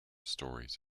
stories